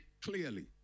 clearly